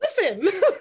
Listen